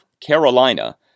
Carolina